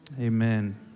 Amen